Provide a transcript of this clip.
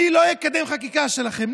אני לא אקדם חקיקה שלכן.